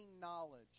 knowledge